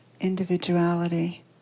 individuality